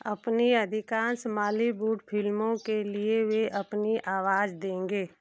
अपनी अधिकांश मॉलीवुड फ़िल्मों के लिए वे अपनी आवाज़ देंगे